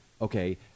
okay